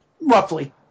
Roughly